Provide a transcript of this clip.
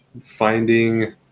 finding